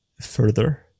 further